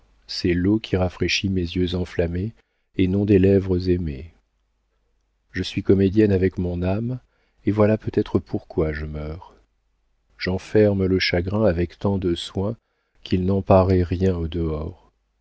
c'est l'eau qui rafraîchit mes yeux enflammés et non des lèvres aimées je suis comédienne avec mon âme et voilà peut-être pourquoi je meurs j'enferme le chagrin avec tant de soin qu'il n'en paraît rien au dehors